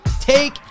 take